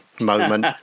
moment